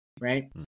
right